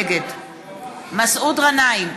נגד מסעוד גנאים,